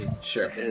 Sure